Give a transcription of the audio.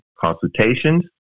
consultations